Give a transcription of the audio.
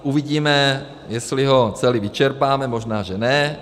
Uvidíme, jestli ho celý vyčerpáme, možná že ne.